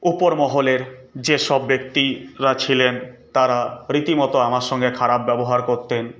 উপর মহলের যেসব ব্যক্তিরা ছিলেন তারা রীতিমতো আমার সঙ্গে খারাপ ব্যবহার করতেন